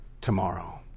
tomorrow